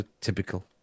typical